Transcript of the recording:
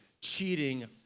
cheating